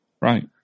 Right